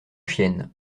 chiennes